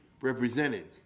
represented